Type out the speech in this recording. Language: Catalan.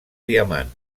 diamant